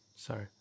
sorry